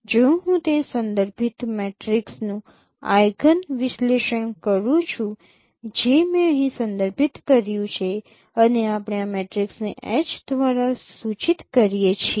જો હું તે સંદર્ભિત મેટ્રિક્સનું આઇગન વિશ્લેષણ કરું છું જે મેં અહીં સંદર્ભિત કર્યું છે અને આપણે આ મેટ્રિક્સને H દ્વારા સૂચિત કરીએ છીએ